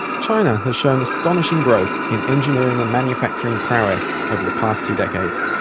china has shown astonishing growth in engineering and manufacturing prowess over the past two decades.